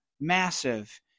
massive